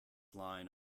line